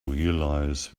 realize